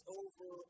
over